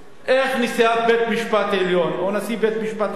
איך נשיאת בית-המשפט העליון או נשיא בית-המשפט העליון,